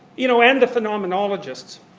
you know, and the phenomenologists,